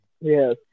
Yes